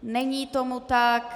Není tomu tak.